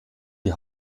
die